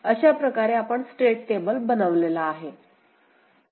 अशा प्रकारे आपण स्टेट टेबल बनवलेला आहे